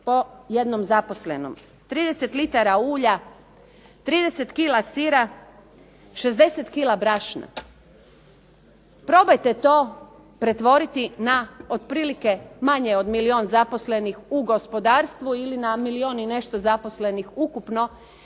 po jednom zaposlenom, 30 l ulja, 30 kg sira, 60 kg brašna. Probajte to pretvoriti na otprilike manje od milijun zaposlenih u gospodarstvu ili na milijun i nešto zaposlenih ukupno,